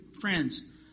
Friends